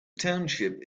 township